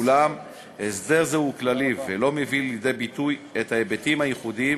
אולם הסדר זה הוא כללי ולא מביא לידי ביטוי את ההיבטים הייחודיים